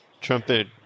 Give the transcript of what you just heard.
Trumpet